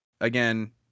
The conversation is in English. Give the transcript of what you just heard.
again